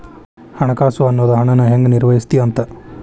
ಹಣಕಾಸು ಅನ್ನೋದ್ ಹಣನ ಹೆಂಗ ನಿರ್ವಹಿಸ್ತಿ ಅಂತ